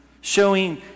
showing